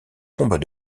combats